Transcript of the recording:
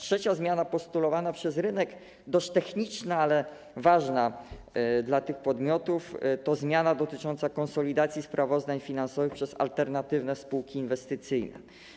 Trzecia zmiana postulowana przez rynek, dość techniczna, ale ważna dla tych podmiotów, to zmiana dotycząca konsolidacji sprawozdań finansowych przez alternatywne spółki inwestycyjne.